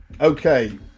okay